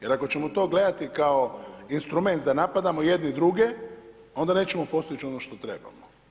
Jer ako ćemo to gledati kao instrument da napadamo jedni i druge, onda nećemo postići ono što trebamo.